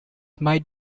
might